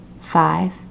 five